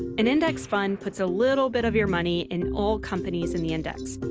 an index fund puts a little bit of your money in all companies in the index.